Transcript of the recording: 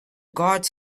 gods